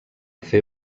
fer